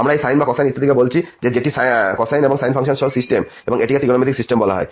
আমরা এই sine cosine ইত্যাদি কে বলছি যেটি কোসাইন সাইন ফাংশন সহ সিস্টেম এবং এটিকে ত্রিকোণমিতিক সিস্টেম বলা হয়